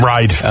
Right